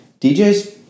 DJ's